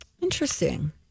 Interesting